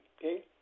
okay